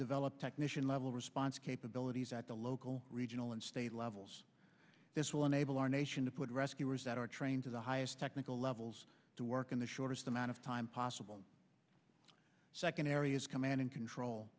develop technician level response capabilities at the local regional and state levels this will enable our nation to put rescuers that are trained to the highest technical levels to work in the shortest amount of time possible second areas coming in and control